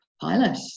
Pilot